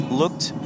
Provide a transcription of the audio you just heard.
looked